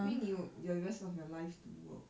因为你有有 rest of your life to work